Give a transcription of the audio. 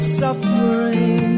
suffering